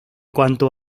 cuanto